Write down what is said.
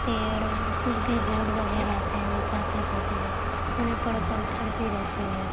پیڑ کچھ بھی بوڈ وغیرہ آتا ہے میں پڑھتے پڑھتے انہیں پڑھ پڑھ پڑھتے رہتی ہوں